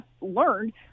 learned